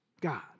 God